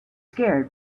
scared